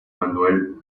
manuel